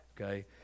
okay